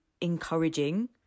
encouraging